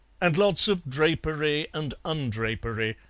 and lots of drapery and undrapery.